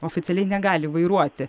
oficialiai negali vairuoti